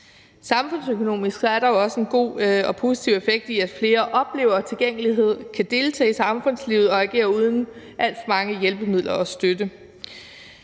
Samfundsøkonomisk er der jo også en god og positiv effekt i, at flere oplever tilgængelighed, kan deltage i samfundslivet og agere uden alt for mange hjælpemidler og uden